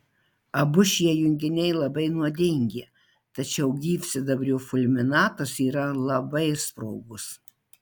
abu šie junginiai labai nuodingi tačiau gyvsidabrio fulminatas yra labai sprogus